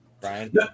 Brian